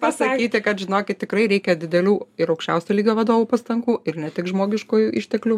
pasakyti kad žinokit tikrai reikia didelių ir aukščiausio lygio vadovų pastangų ir ne tik žmogiškųjų išteklių